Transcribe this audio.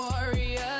warriors